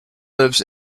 lives